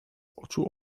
oczu